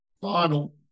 final